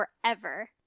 forever